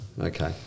Okay